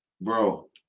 bro